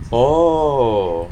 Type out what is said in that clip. oh